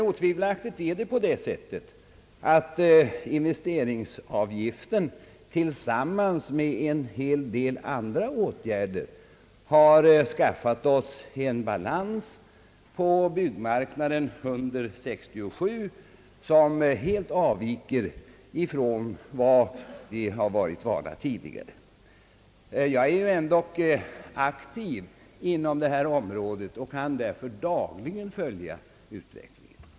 Otvivelaktigt är det emellertid så, att investeringsavgiften, tillsammans med en hel del andra åtgärder, har skaffat oss en balans på byggmarknaden under 1967, som helt avviker ifrån vad vi hade tidigare. Jag är ändå aktivt verksam inom detta område och kan därför dagligen följa utvecklingen.